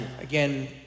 Again